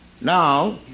Now